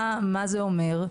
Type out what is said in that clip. מה זה אומר?